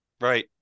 Right